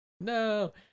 no